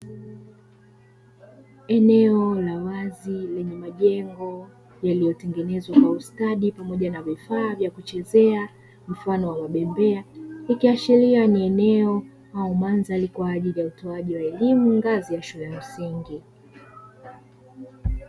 Eneo la wazi lenye majengo yaliyotengenezwa kwa ustadi pamoja na vifaa vya kuchezea mfano wa mabembea, ikiashiria kuwa ni eneo au mandhari kwa ajili ya utoaji wa elimu ngazi ya shule ya msingi.